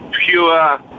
pure